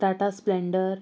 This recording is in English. Tata splendour